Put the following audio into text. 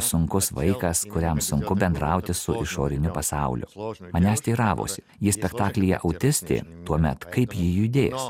sunkus vaikas kuriam sunku bendrauti su išoriniu pasauliu manęs teiravosi ji spektaklyje autistė tuomet kaip ji judės